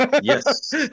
Yes